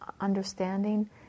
understanding